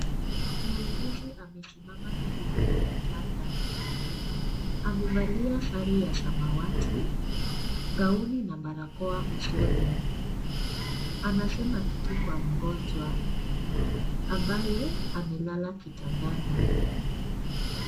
Muuguzi amesimama karibu na kitanda. Amevalia sare ya samwati, gauni na barakoa usoni. Anasema kitu kwa mgonjwa ambaye amelala kitandani.